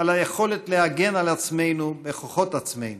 על היכולת להגן על עצמנו בכוחות עצמנו,